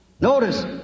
Notice